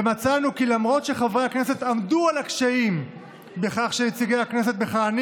ומצאנו כי למרות שחברי הכנסת עמדו על הקשיים בכך שנציגי הכנסת מכהנים